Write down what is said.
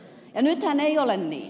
ja nythän ei ole niin